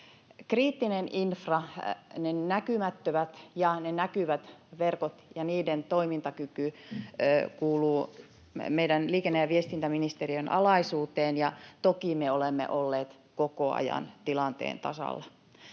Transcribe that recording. Kriittinen infra — ne näkymättömät ja näkyvät verkot ja niiden toimintakyky — kuuluu meidän, liikenne- ja viestintäministeriön, alaisuuteen, ja toki me olemme olleet koko ajan tilanteen tasalla.